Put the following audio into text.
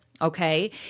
Okay